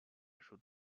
should